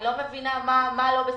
אני לא מבינה מה לא בסדר.